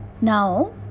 Now